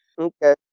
Okay